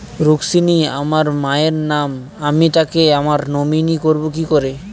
রুক্মিনী আমার মায়ের নাম আমি তাকে আমার নমিনি করবো কি করে?